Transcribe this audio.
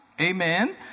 Amen